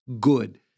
good